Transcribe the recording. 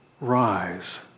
rise